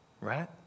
right